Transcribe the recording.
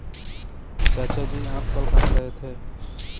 चाचा जी आप कल कहां गए थे?